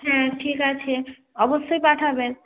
হ্যাঁ ঠিক আছে অবশ্যই পাঠাবেন